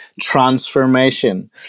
transformation